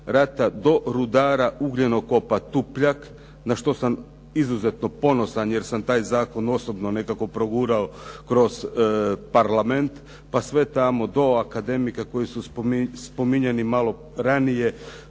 rata do rudara Ugljenokopa "Tupljak" na što sam izuzetno ponosan jer sam taj zakon osobno nekako progurao kroz parlament pa sve tamo do akademika koji su spominjani malo ranije,